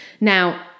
Now